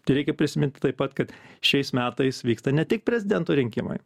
tereikia prisiminti taip pat kad šiais metais vyksta ne tik prezidento rinkimai